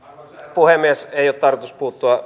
puhemies ei ole tarkoitus puuttua